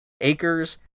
acres